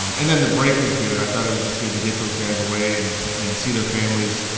um and then the break was good. i thought it was just good to get those guys away and and see their families.